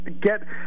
get